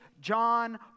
John